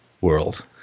world